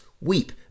weep